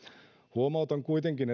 huomautan kuitenkin